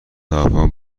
هواپیما